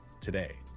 today